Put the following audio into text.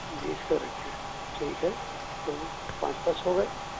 بیس کا رکھیں ٹھیک ہے تو وہ پانچ پانچ ہو گئے